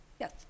Yes